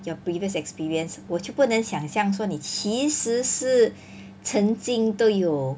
you previous experience 我就不能想象说你其实是曾经都有